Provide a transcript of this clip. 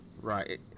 Right